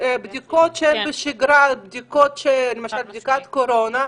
בדיקות שיש בשגרה, למשל בדיקת קורונה,